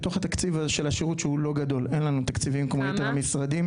בתוך התקציב של השירות שהוא לא גדול אין לנו תקציבים כמו יתר המשרדים.